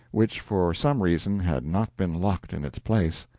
which, for some reason, had not been locked in its place.